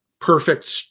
perfect